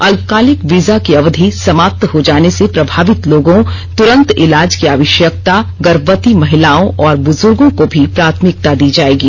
अल्पाकालिक visa की अवधि समाप्त हो जाने से प्रभावित लोगों तुरंत इलाज की आवश्यकता गर्भवती महिलाओं और बुजुर्गों को भी प्राथमिकता दी जायेगी